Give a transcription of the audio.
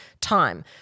time